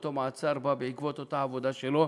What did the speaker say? אותו מעצר בא בעקבות אותה עבודה שלו.